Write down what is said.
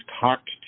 talked